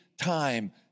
time